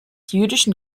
jüdischen